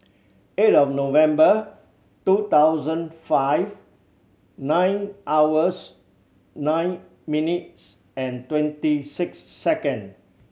eight of November two thousand five nine hours nine minutes and twenty six second